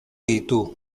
ditu